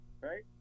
right